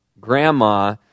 grandma